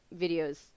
videos